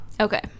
Okay